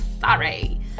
sorry